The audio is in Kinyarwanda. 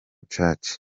church